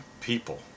people